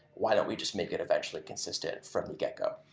why don't we just make it eventually consistent from the get go?